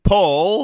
Paul